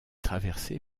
traversée